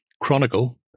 Chronicle